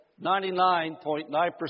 99.9%